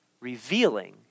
revealing